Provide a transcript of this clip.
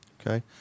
Okay